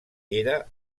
era